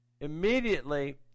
Immediately